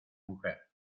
mujer